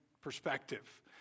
perspective